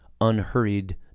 unhurried